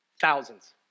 Thousands